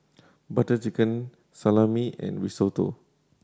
Butter Chicken Salami and Risotto